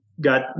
got